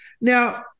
Now